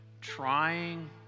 trying